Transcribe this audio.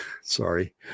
sorry